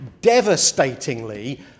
devastatingly